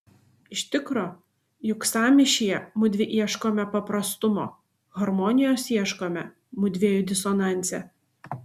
iš tikro juk sąmyšyje mudvi ieškome paprastumo harmonijos ieškome mudviejų disonanse